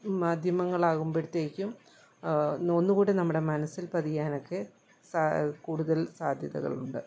മാധ്യമങ്ങളാകുമ്പോഴത്തേക്കും ഒന്നു ഒന്നുകൂടെ നമ്മുടെ മനസ്സിൽ പതിയാനൊക്കെ കൂടുതൽ സാധ്യതകളുണ്ട്